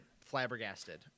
flabbergasted